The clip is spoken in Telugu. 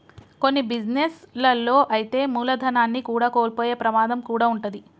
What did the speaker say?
కొన్ని బిజినెస్ లలో అయితే మూలధనాన్ని కూడా కోల్పోయే ప్రమాదం కూడా వుంటది